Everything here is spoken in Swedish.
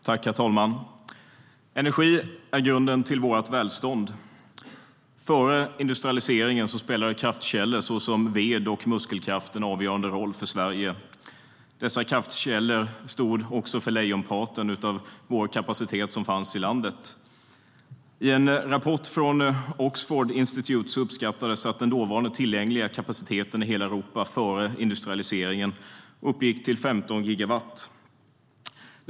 Herr talman! Energi är grunden för vårt välstånd. Före industrialiseringen spelade kraftkällor såsom ved och muskelkraft en avgörande roll i Sverige. Dessa kraftkällor stod för lejonparten av den kapacitet som fanns i landet.I en rapport från Oxford Institute uppskattades den tillgängliga kapaciteten i hela Europa före industrialiseringen till 15 gigawatt.